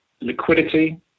Liquidity